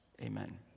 amen